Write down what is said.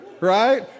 right